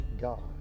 God